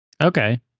Okay